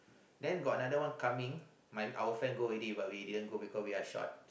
then got another one coming my our friend go already but we didn't go because we are short